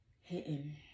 hitting